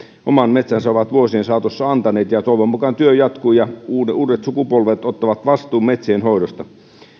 omaan metsäänsä ovat vuosien saatossa antaneet ja toivon mukaan työ jatkuu ja uudet sukupolvet ottavat vastuun metsien hoidosta